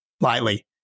lightly